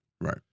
Right